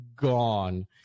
gone